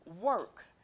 work